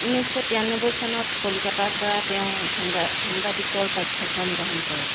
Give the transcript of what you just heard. ঊনৈছশ তিৰান্নব্বৈ চনত কলিকাতাৰপৰা তেওঁ সাংবাদিকৰ পাঠ্যক্ৰম গ্ৰহণ কৰে